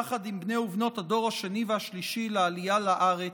יחד עם בני ובנות הדור השני והשלישי לעלייה לארץ,